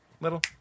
little